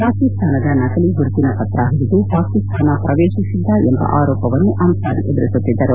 ಪಾಕಿಸ್ತಾನದ ನಕಲಿ ಗುರುತಿನ ಪಕ್ರ ಹಿಡಿದು ಪಾಕಿಸ್ತಾನ ಪ್ರವೇಶಿಸಿದ್ದ ಎಂಬ ಆರೋಪವನ್ನು ಅನ್ಲಾರಿ ಎದುರಿಸುತ್ತಿದ್ದರು